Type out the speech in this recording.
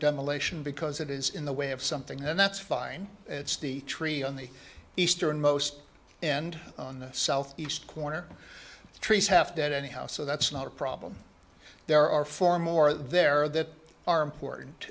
demolition because it is in the way of something then that's fine it's the tree on the easternmost and on the southeast corner trees half dead anyhow so that's not a problem there are four more there that are important